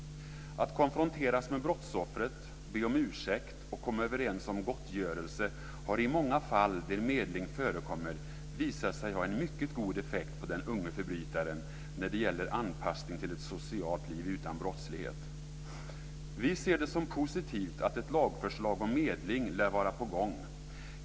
Att konfronteras med brottsoffret, be om ursäkt och komma överens om gottgörelse har i många fall där medling förekommit visat sig ha en mycket god effekt på den unge förbrytaren när det gäller anpassning till ett socialt liv utan brottslighet. Vi ser det som positivt att ett lagförslag om medling lär vara på gång.